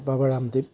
বাবা ৰামদেৱ